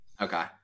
okay